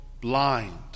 blind